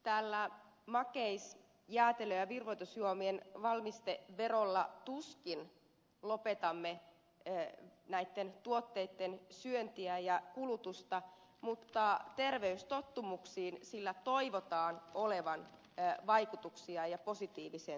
tällä makeis jäätelö ja virvoitusjuomien valmisteverolla tuskin lopetamme näitten tuotteitten syöntiä ja kulutusta mutta terveystottumuksiin sillä toivotaan olevan vaikutuksia ja positiiviseen suuntaan